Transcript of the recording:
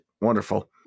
Wonderful